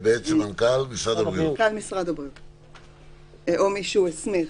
או מי שהוא הסמיך.